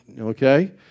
okay